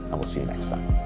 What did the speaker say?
and we'll see you next time.